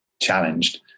challenged